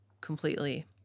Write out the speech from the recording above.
completely